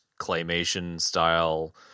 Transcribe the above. claymation-style